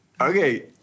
Okay